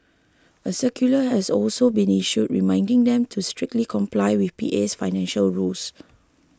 a circular has also been issued reminding them to strictly comply with PA's financial rules